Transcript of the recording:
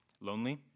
lonely